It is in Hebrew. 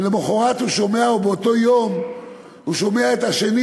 ולמחרת או באותו יום הוא שומע את השני,